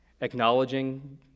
acknowledging